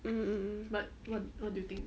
mmhmm